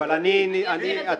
גלית, די.